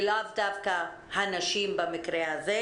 ולאו דווקא הנשים במקרה הזה,